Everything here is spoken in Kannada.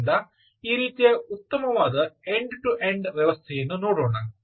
ಆದ್ದರಿಂದ ಆ ರೀತಿಯ ಉತ್ತಮದ ಎಂಡ್ ಟು ಎಂಡ್ ವ್ಯವಸ್ಥೆಯನ್ನು ನೋಡೋಣ